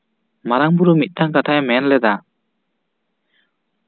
ᱢᱟᱨᱟᱝᱵᱳᱨᱳ ᱢᱤᱫᱴᱟᱝ ᱠᱟᱛᱷᱟᱭ ᱢᱮᱱ ᱞᱮᱫᱟ